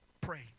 pray